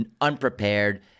unprepared